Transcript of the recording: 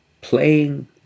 playing